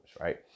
right